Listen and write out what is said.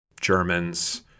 Germans